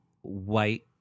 white